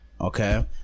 Okay